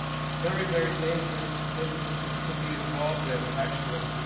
it's very very dangerous business to to be involved in, actually.